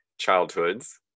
childhoods